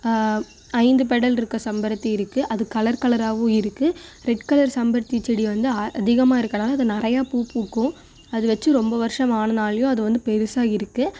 ஐந்து பெடல் இருக்க செம்பருத்தி இருக்கு அது கலர் கலராகவும் இருக்கு ரெட் கலர் செம்பருத்தி செடி வந்து அ அதிகமாக இருக்கனால அது நிறையா பூ பூக்கும் அது வச்சி ரொம்ப வருஷம் ஆனானாலியும் அது வந்து பெருசாக இருக்கு